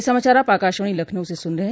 ब्रे क यह समाचार आप आकाशवाणी लखनऊ से सुन रहे हैं